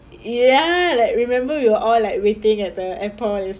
ya like remember you're all like waiting at the airport